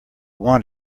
want